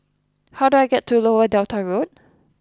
How do I get to Lower Delta Road